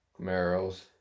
Camaros